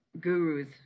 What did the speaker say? gurus